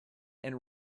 and